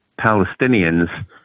Palestinians